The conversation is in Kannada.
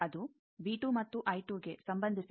ಅದು V2 ಮತ್ತುI2 ಗೆ ಸಂಬಂಧಿಸಿದೆ